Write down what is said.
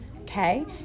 Okay